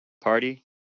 party